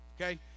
okay